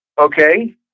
Okay